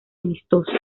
amistosos